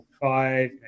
five